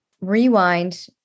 rewind